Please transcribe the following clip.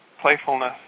playfulness